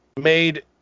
made